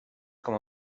coma